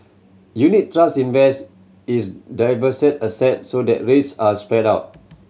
unit trust invest is diversified asset so that risk are spread out